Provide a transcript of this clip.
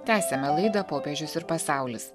tęsiame laidą popiežius ir pasaulis